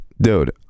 dude